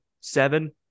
seven